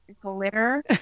glitter